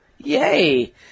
Yay